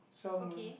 twelve noon